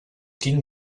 quin